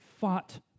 fought